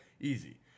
Easy